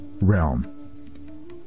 realm